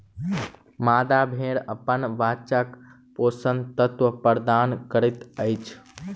मादा भेड़ अपन बच्चाक पोषक तत्व प्रदान करैत अछि